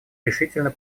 решительно